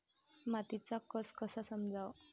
मातीचा कस कसा समजाव?